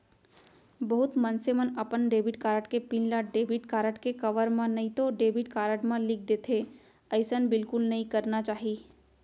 बहुत मनसे मन अपन डेबिट कारड के पिन ल डेबिट कारड के कवर म नइतो डेबिट कारड म लिख देथे, अइसन बिल्कुल नइ करना चाही